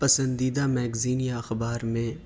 پسندیدہ میگزین یا اخبار میں